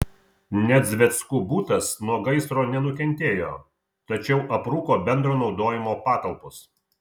nedzveckų butas nuo gaisro nenukentėjo tačiau aprūko bendro naudojimo patalpos